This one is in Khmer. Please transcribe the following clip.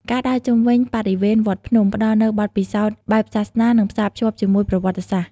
ការដើរជុំវិញបរិវេណវត្តភ្នំ ផ្តល់នូវបទពិសោធន៍បែបសាសនា និងផ្សាភ្ជាប់ជាមួយប្រវត្តិសាស្ត្រ។